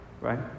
Right